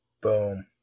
boom